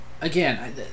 again